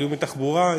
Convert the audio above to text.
זיהום מתחבורה.